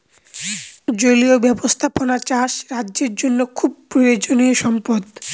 জলীয় ব্যাবস্থাপনা চাষ রাজ্যের জন্য খুব প্রয়োজনীয়ো সম্পদ